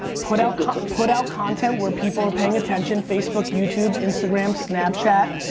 put out and put out content where people are paying attention. facebook, youtube, instagram, snapchat,